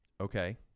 Okay